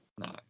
No